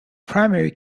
primary